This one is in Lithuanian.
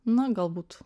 na galbūt